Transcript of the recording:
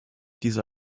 diese